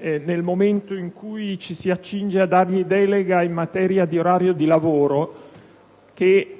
nel momento in cui ci si accinge a dargli delega in tema di orario di lavoro, che